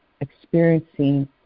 experiencing